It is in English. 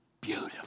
beautiful